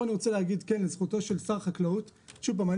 פה אני רוצה להגיד לזכותו של שר החקלאות אני